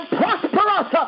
prosperous